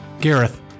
Gareth